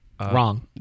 wrong